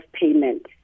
payment